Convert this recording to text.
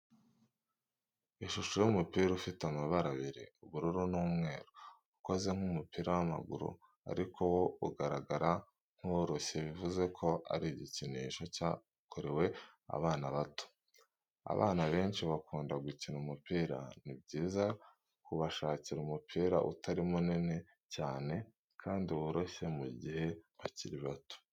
Ishusho y'umupira ufite amabara abiri ubururu n'umweru, ukoze nk'umupira w'amaguru ariko wo ugaragara nk'uworoshye bivuze ko ari igikinisho cyakorewe abana bato, abana benshi bakunda gukina umupira ni byiza kubashakira umupira utari munini cyane kandi woroshye mu gihe bakiri bato.